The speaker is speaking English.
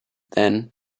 then